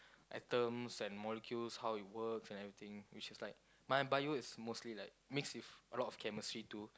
atoms and molecules how it works and everything which is like my bio is mostly like mixed with a lot of chemistry too